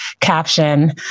caption